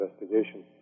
investigation